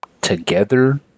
together